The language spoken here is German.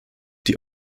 die